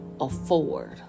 afford